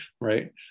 Right